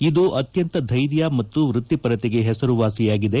ಇದು ಅತ್ಯಂತ ಧ್ವೆರ್ಯ ಮತ್ತು ವೃತ್ತಿಪರತೆಗೆ ಹೆಸರುವಾಸಿಯಾಗಿದೆ